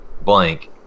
blank